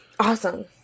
Awesome